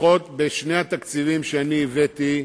לפחות בשני התקציבים שאני הבאתי,